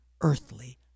earthly